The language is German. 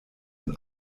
und